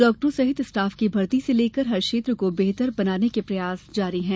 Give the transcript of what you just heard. डाक्टरों सहित स्टाफ की भर्ती से लेकर हर क्षेत्र को बेहतर बनाने के प्रयास जारी हैं